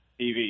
TV